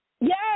Yes